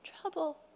trouble